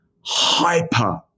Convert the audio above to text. hyper